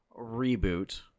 reboot